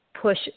push